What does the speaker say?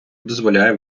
дозволяє